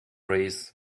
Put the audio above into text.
raise